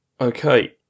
Okay